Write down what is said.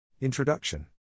Introduction